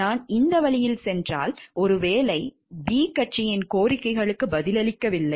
நான் இந்த வழியில் சென்றால் ஒருவேளை நான் b கட்சியின் கோரிக்கைகளுக்கு பதிலளிக்கவில்லை